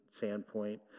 Sandpoint